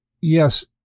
yes